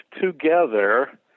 together